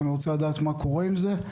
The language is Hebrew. אני רוצה לדעת מה קורה עם זה,